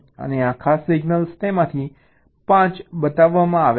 અને આ ખાસ સિગ્નલ્સ તેમાંથી 5 બતાવવામાં આવ્યા છે